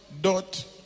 Dot